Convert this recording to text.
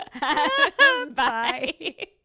bye